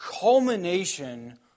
culmination